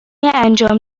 انجام